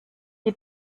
die